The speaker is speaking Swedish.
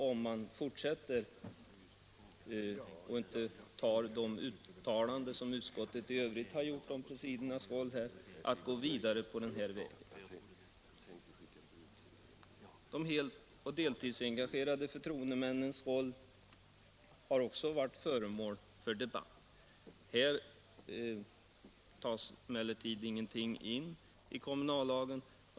Om man inte beaktar de uttalanden utskottet gjort i övrigt om presidiernas roll firns det en möjlighet att gå vidare på den här vägen. De hel och deltidsengagerade förtroendemännens roll har också varit föremål för debatt. Det tas emellertid inte in någonting om det i kommunallagen.